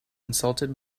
insulted